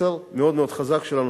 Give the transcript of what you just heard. מסר מאוד מאוד חזק שלנו,